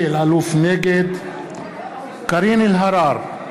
נגד קארין אלהרר,